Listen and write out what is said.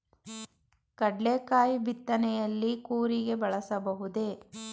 ಕಡ್ಲೆಕಾಯಿ ಬಿತ್ತನೆಯಲ್ಲಿ ಕೂರಿಗೆ ಬಳಸಬಹುದೇ?